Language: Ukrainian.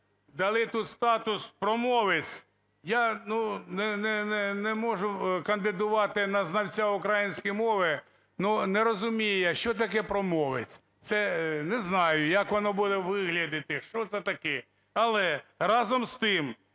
Дали тут статус "промовець". Я не можу кандидувати на знавця української мови, но не розумію я, що таке промовець. Не знаю, як воно буде виглядати, що це таке. Але разом з тим